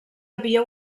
havia